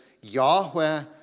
Yahweh